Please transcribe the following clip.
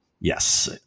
Yes